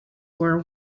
were